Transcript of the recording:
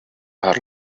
are